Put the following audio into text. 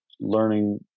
learning